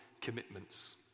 commitments